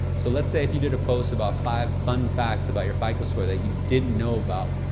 so, let's say if you did a post about five fun facts about your fico score that you didn't know about,